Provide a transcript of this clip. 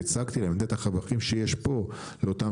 והצגתי להם את נתח הרווחים שיש פה לאותם